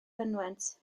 fynwent